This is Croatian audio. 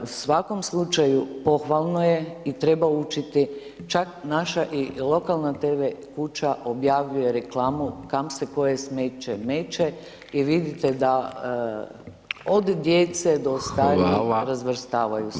U svakom slučaju, pohvalno je i treba učiti, čak naša i lokalna TV kuća objavljuje reklamu kam se koje smeće meće i vidite da od djece do [[Upadica: Hvala…]] starijih razvrstavaju [[Upadica:… vam kolegice]] smeće.